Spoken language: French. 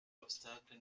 obstacle